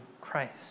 Christ